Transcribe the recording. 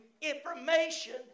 information